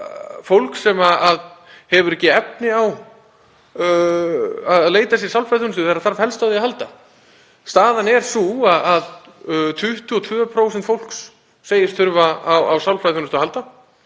Fólk hefur ekki efni á að leita sér sálfræðiþjónustu þegar það þarf helst á henni að halda. Staðan er sú að 22% fólks segjast þurfa á sálfræðiþjónustu að halda.